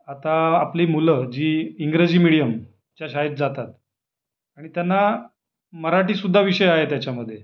आता आपली मुलं जी इंग्रजी मिडीयमच्या शाळेत जातात आणि त्यांना मराठीसुद्धा विषय आहे त्याच्यामध्ये